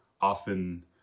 often